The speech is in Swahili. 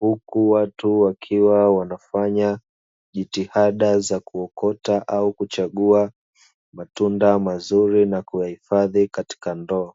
huku watu wakiwa wanafanya jitihada za kuokota au kuchagua matunda mazuri na kuyahifadhi katika ndoo.